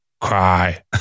cry